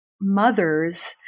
mothers